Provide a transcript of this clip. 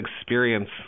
experience